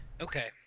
Okay